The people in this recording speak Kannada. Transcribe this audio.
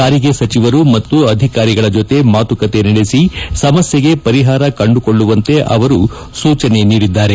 ಸಾರಿಗೆ ಸಚಿವರು ಮತ್ತು ಅಧಿಕಾರಿಗಳ ಜೊತೆ ಮಾತುಕತೆ ನಡೆಸಿ ಸಮಸ್ಲೆಗೆ ಪರಿಹಾರ ಕಂಡುಕೊಳ್ಳುವಂತೆ ಸೂಚನೆ ನೀಡಿದ್ದಾರೆ